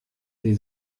die